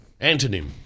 Antonym